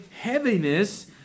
heaviness